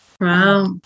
Wow